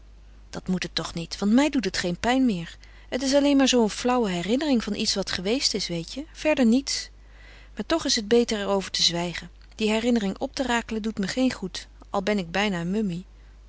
dat moet het toch niet want mij doet het geen pijn meer het is alleen maar zoo een flauwe herinnering van iets wat geweest is weet je verder niets maar toch is het beter er over te zwijgen die herinnering op te rakelen doet me geen goed al ben ik bijna